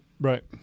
right